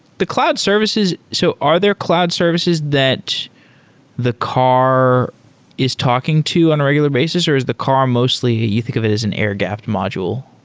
the cloud services so are there cloud services that the car is talking to on a regular basis or is the car mostly you think of it as an air gapped module?